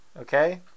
okay